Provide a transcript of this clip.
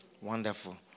Wonderful